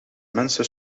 mensen